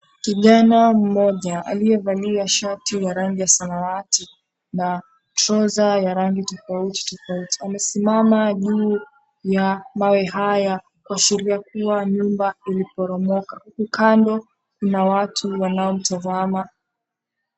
Kijana mmoja aliyevaa shati ya rangi ya samawati na troza ya rangi tofauti tofauti. Amesimama juu ya mawe haya, akishuhudia pia nyumba iliporomoka. Kando kuna watu wanaomtazama.